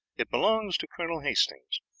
it belonged to colonel hastings,